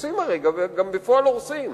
הרי גם בפועל הורסים.